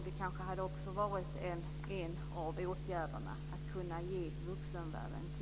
Det skulle kunna vara en åtgärd för att ge vuxenvärlden tid.